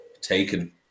taken